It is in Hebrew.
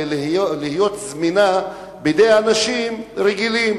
ואיך היא זמינה בידי אנשים רגילים?